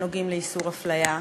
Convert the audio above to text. שנוגעים לאיסור הפליה,